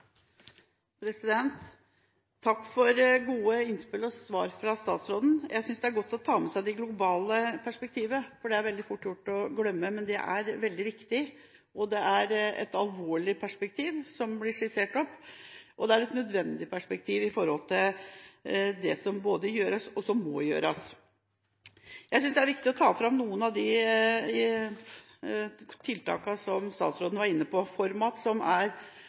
for gode innspill og svar fra statsråden. Jeg synes det er godt å ta med seg det globale perspektivet, for det er veldig fort gjort å glemme. Men det er veldig viktig. Det er et alvorlig perspektiv som blir skissert, og det er et nødvendig perspektiv med hensyn til det som både gjøres, og som må gjøres. Jeg synes det er viktig å ta fram noen av de tiltakene som statsråden var inne på – ForMat,